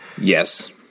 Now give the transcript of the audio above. Yes